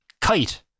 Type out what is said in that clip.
kite